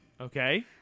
Okay